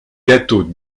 gâteau